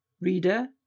Reader